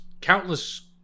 countless